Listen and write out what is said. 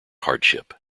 hardship